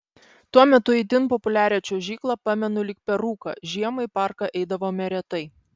tuo metu itin populiarią čiuožyklą pamenu lyg per rūką žiemą į parką eidavome retai